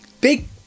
big